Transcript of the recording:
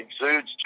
exudes